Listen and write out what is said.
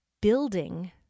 building